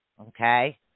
Okay